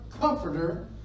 comforter